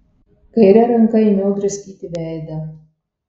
kaire ranka ėmiau draskyti veidą